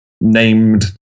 named